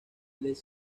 les